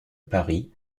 paris